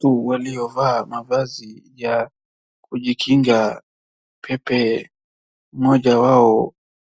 Watu waliovaa mavazi ya kujikinga pepe, mmoja wao